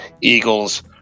Eagles